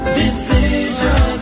decision